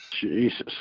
jesus